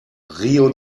rio